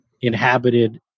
inhabited